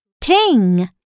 ting